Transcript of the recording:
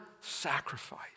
sacrifice